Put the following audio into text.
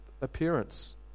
appearance